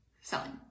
selling